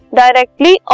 directly